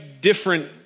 different